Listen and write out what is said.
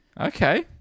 Okay